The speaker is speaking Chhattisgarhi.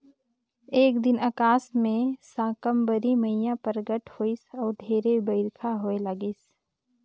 एक दिन अकास मे साकंबरी मईया परगट होईस अउ ढेरे बईरखा होए लगिस